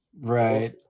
Right